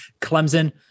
Clemson